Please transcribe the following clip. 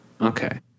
Okay